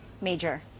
Major